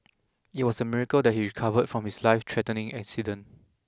it was a miracle that he recovered from his lifethreatening accident